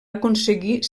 aconseguir